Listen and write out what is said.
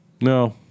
No